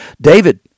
David